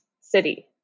city